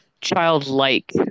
childlike